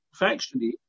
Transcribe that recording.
factually